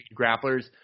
grapplers